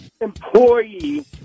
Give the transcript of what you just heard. Employee